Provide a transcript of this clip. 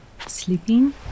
Sleeping